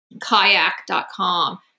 kayak.com